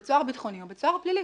בית סוהר ביטחוני או בית סוהר פלילי.